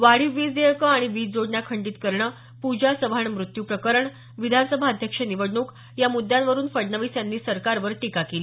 वाढीव वीज देयकं आणि वीज जोडण्या खंडीत करणं पूजा चव्हाण मृत्यू प्रकरण विधानसभाध्यक्ष निवडणूक या मृद्यांवरून फडणवीस यांनी सरकारवर टीका केली